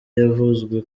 yavuzwe